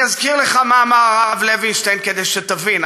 אני אזכיר לך מה אמר הרב לוינשטיין, כדי שתבין.